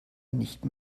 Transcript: nicht